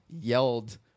yelled